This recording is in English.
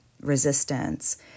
resistance